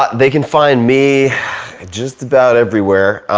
but they can find me just about everywhere.